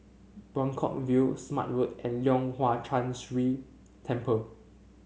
Buangkok View Smart Road and Leong Hwa Chan Si Temple